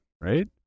Right